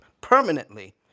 permanently